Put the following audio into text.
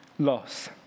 loss